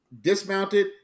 dismounted